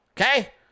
okay